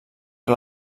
que